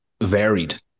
varied